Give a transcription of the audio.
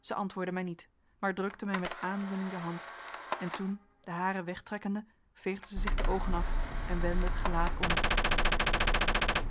zij antwoordde mij niet maar drukte mij met aandoening de hand en toen de hare wegtrekkende veegde zij zich de oogen af en wendde het gelaat om